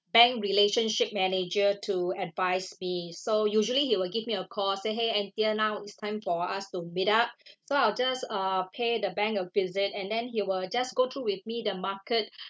bank relationship manager to advise me so usually he will give me a call say !hey! anthea now it's time for us to meet up so I'll just uh pay the bank a visit and then he will just go through with me the market